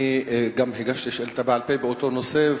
אני גם הגשתי שאילתא בעל-פה באותו נושא,